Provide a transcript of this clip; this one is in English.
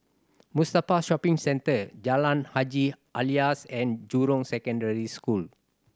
Mustafa Shopping Centre Jalan Haji Alias and Jurong Secondary School